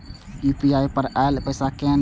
UPI पर आएल पैसा कै कैन?